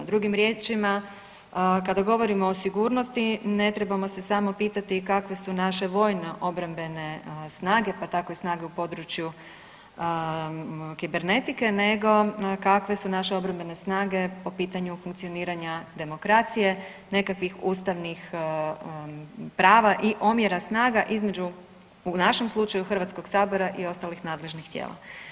Drugim riječima, kada govorimo o sigurnosti ne trebamo se samo pitati kakve su naše vojno obrambene snage, pa tako i snage u području kibernetike nego kakve su naše obrambene snage po pitanju funkcioniranja demokracije, nekakvih ustavnih prava i omjera snaga između u našem slučaju HS i ostalih nadležnih tijela.